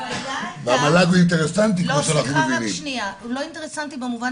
הוא לא אינטרסנטי במובן